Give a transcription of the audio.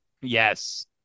yes